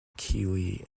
keighley